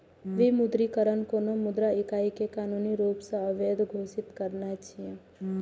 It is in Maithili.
विमुद्रीकरण कोनो मुद्रा इकाइ कें कानूनी रूप सं अवैध घोषित करनाय छियै